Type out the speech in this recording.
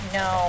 no